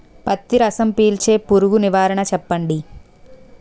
పత్తి రసం పీల్చే పురుగు నివారణ చెప్పండి?